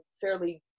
fairly